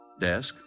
Desk